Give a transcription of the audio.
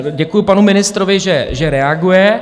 Děkuji panu ministrovi, že reaguje.